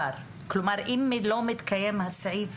כלומר, אם לא מתקיים סעיף